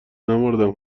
نمـردم